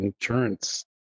insurance